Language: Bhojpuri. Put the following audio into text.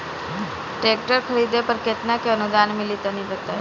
ट्रैक्टर खरीदे पर कितना के अनुदान मिली तनि बताई?